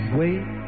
wait